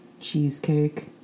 cheesecake